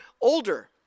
older